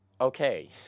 Okay